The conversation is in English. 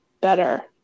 better